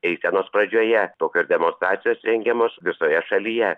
eisenos pradžioje tokios demonstracijos rengiamos visoje šalyje